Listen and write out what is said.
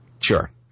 Sure